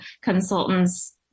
consultants